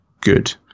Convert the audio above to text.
good